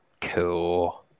cool